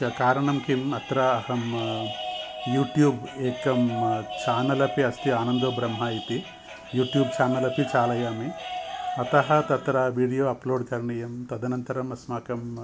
कारणं किम् अत्र अहं यूट्यूब् एकं चानल् अपि अस्ति आनन्दो ब्रह्म इति यूट्यूब् चानल् अपि चालयामि अतः तत्र विडियो अप्लोड् करणीयं तदनन्तरम् अस्माकम्